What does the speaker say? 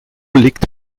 liegt